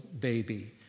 baby